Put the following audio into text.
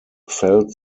felt